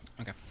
Okay